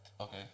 okay